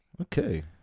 Okay